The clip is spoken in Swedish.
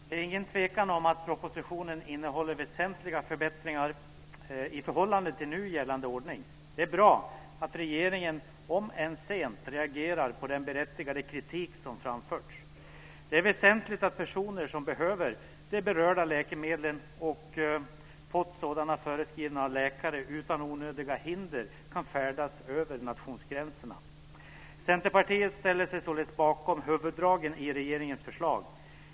Fru talman! Det är ingen tvekan om att propositionen innehåller väsentliga förbättringar i förhållande till nu gällande ordning. Det är bra att regeringen, om än sent, reagerar på den berättigade kritik som framförts. Det är väsentligt att personer som behöver de berörda läkemedlen och som fått sådana förskrivna av läkare utan onödiga hinder kan färdas över nationsgränserna. Centerpartiet ställer sig således bakom huvuddragen i regeringens förslag.